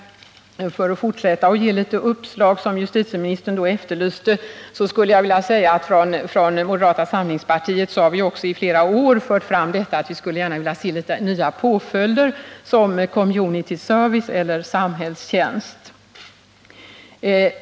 För att fortsätta att ge uppslag, som justitieministern ju efterlyste, skulle jag vilja säga att från moderata samlingspartiet har vi också i flera år fört fram att vi gärna skulle vilja se nya påföljder som community service, samhällstjänst.